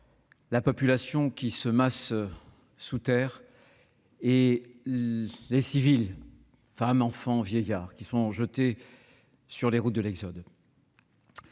la population qui se masse sous terre et les civils- femmes, enfants, vieillards -qui sont jetés sur les routes de l'exode.